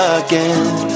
again